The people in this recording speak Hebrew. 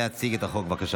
תציג את החוק, בבקשה.